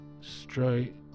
straight